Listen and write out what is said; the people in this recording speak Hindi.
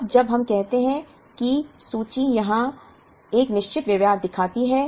अब जब हम कहते हैं कि सूची यहाँ एक निश्चित व्यवहार दिखाती है